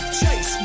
chase